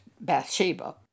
Bathsheba